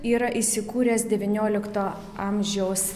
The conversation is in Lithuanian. yra įsikūręs devyniolikto amžiaus